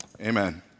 Amen